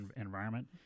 environment